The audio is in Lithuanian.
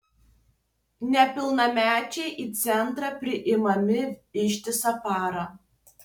nepilnamečiai į centrą priimami ištisą parą